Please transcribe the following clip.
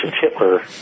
Hitler